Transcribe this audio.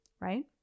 right